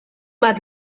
bat